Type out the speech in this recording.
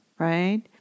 right